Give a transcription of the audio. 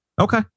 Okay